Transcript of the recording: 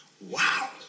Wow